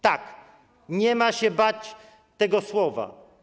Tak, nie ma co się bać tego słowa.